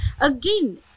again